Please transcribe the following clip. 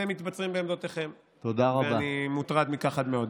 אתם מתבצרים בעמדותיכם, ואני מוטרד מכך מאוד.